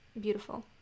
beautiful